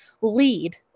lead